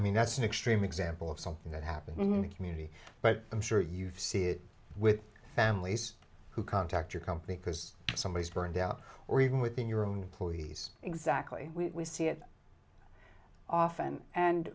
mean that's an extreme example of something that happened in the community but i'm sure you've see it with families who contact your company because somebody burned out or even within your own police exactly we see it often and